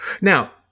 now